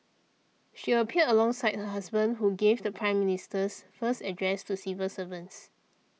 she appeared alongside her husband who gave the Prime Minister's first address to civil servants